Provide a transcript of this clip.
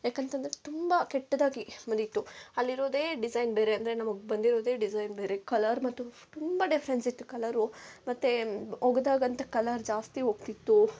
ಏಕೆಂತಂದ್ರೆ ತುಂಬ ಕೆಟ್ಟದಾಗಿ ಬಂದಿತ್ತು ಅಲ್ಲಿರೋದೇ ಡಿಸೈನ್ ಬೇರೆ ಅಂದರೆ ನಮಗೆ ಬಂದಿರೋದೇ ಡಿಸೈನ್ ಬೇರೆ ಕಲರ್ ಮತ್ತು ತುಂಬ ಡಿಫ್ರೆನ್ಸ್ ಇತ್ತು ಕಲರು ಮತ್ತೆ ಒಗೆದಾಗಂತು ಕಲರ್ ಜಾಸ್ತಿ ಹೋಗ್ತಿತ್ತು